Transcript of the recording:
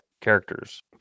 characters